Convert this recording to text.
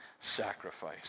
sacrifice